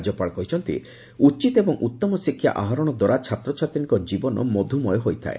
ରାଜ୍ୟପାଳ କହିଛନ୍ତି ଉଚିତ ଏବଂ ଉଉମ ଶିକ୍ଷା ଆହରଣ ଦ୍ୱାରା ଛାତ୍ରଛାତ୍ରୀଙ୍କ ଜୀବନ ମଧୁମୟ ହୋଇଥାଏ